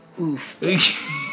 Oof